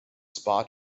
spa